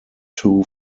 two